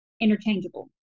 interchangeable